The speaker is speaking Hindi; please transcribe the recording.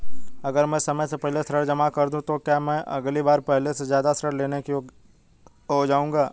अगर मैं समय से पहले ऋण जमा कर दूं तो क्या मैं अगली बार पहले से ज़्यादा ऋण लेने के योग्य हो जाऊँगा?